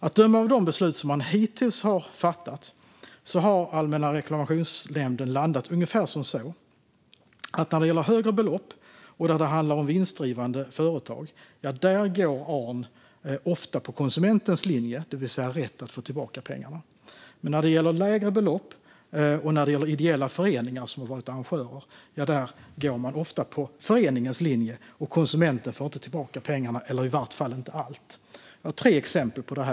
Att döma av de beslut som hittills har fattats har Allmänna reklamationsnämnden landat ungefär i följande: När det gäller högre belopp och vinstdrivande företag går man ofta gå på konsumentens linje, det vill säga att denne har rätt att få tillbaka pengarna, men när det gäller lägre belopp och när det gäller ideella föreningar som har varit arrangörer går man ofta på föreningens linje. Då får konsumenten inte tillbaka pengarna - eller i vart fall inte allt. Jag har tre exempel på detta.